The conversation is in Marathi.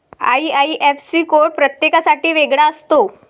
आई.आई.एफ.सी कोड प्रत्येकासाठी वेगळा असतो